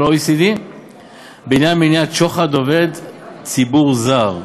ה-OECD בעניין מניעת שוחד עובד ציבור זר.